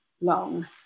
long